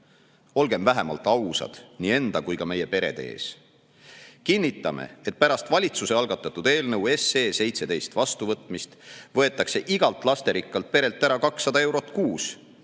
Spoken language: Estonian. Olgem vähemalt ausad nii enda kui ka meie perede ees! Kinnitame, et pärast valitsuse algatatud eelnõu SE 17 vastuvõtmist võetakse igalt lasterikkalt perelt ära 200 eurot kuus,